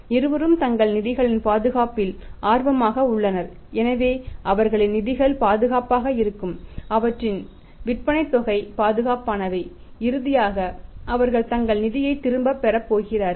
இருவரும் தங்கள் நிதிகளின் பாதுகாப்பில் ஆர்வமாக உள்ளனர் எனவே அவர்களின் நிதிகள் பாதுகாப்பாக இருக்கும் அவற்றின் விற்பனைத் தொகைகள் பாதுகாப்பானவை இறுதியாக அவர்கள் தங்கள் நிதியைத் திரும்பப் பெறப் போகிறார்கள்